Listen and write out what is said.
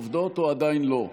עובדות או עדיין לא?